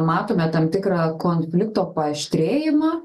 matome tam tikrą konflikto paaštrėjimą